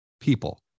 people